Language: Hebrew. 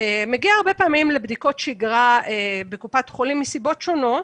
מגיעים הרבה פעמים לבדיקות שגרה בקופת חולים מסיבות שונות,